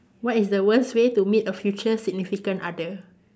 what is the worst way to meet a future significant other